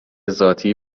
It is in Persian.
ذاتی